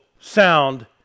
sound